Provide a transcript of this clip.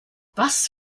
was